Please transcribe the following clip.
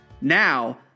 Now